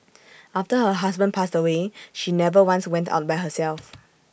after her husband passed away she never once went out by herself